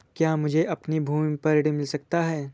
क्या मुझे अपनी भूमि पर ऋण मिल सकता है?